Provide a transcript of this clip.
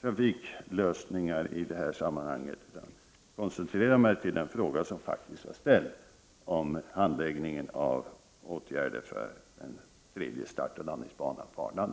trafiklösningar i detta sammanhang, utan jag har koncentrerat mig på den fråga som faktiskt har ställts om handläggningen när det gäller åtgärder för en tredje startoch landningsbana på Arlanda.